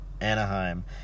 Anaheim